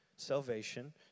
salvation